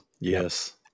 Yes